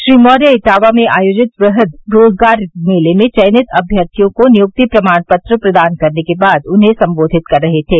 श्री मौर्य इटावा में आयोजित वहद रोजगार मेले में चयनित अभ्यर्थियों को नियुक्ति प्रमाणपत्र प्रदान करने के बाद उन्हें संबोधित कर रहे थे